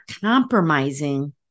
compromising